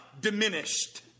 diminished